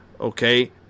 Okay